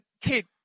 kid